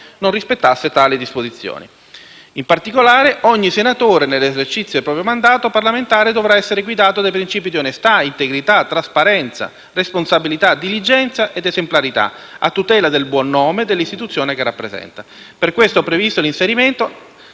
non rispetta tali disposizioni. In particolare, ogni senatore, nell'esercizio del proprio mandato parlamentare, dovrà essere guidato dai principi di onestà, integrità, trasparenza, responsabilità, diligenza ed esemplarità, a tutela del buon nome dell'istituzione che rappresenta. [**Presidenza della vice presidente